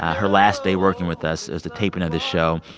her last day working with us is the taping of this show.